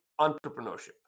entrepreneurship